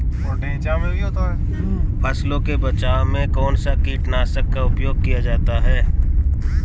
फसलों के बचाव में कौनसा कीटनाशक का उपयोग किया जाता है?